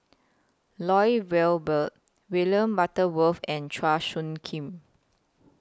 Lloyd Valberg William Butterworth and Chua Soo Khim